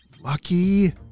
Lucky